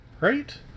Right